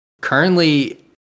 currently